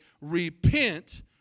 repent